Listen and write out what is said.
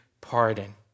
pardon